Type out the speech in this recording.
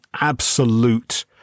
absolute